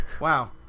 Wow